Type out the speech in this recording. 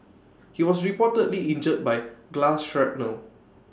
he was reportedly injured by glass shrapnel